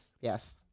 Yes